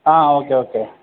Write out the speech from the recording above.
ആ okay okay